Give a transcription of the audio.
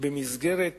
במסגרת